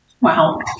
Wow